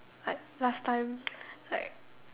like last time like